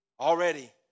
already